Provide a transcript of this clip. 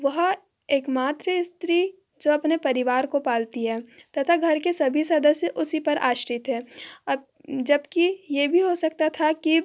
वह एकमात्र स्त्री जो अपने परिवार को पालती है तथा घर के सभी सदस्य उसी पर आश्रित हैं अब जबकि ये भी हो सकता था कि